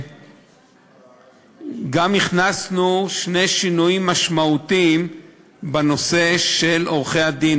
גם הכנסנו שני שינויים משמעותיים בנושא של עורכי-הדין.